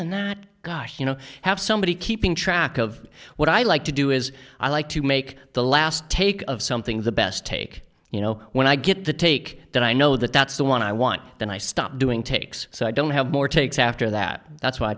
than that gosh you know have somebody keeping track of what i like to do is i like to make the last take of something the best take you know when i get the take that i know that that's the one i want then i stop doing takes so i don't have more takes after that that's wh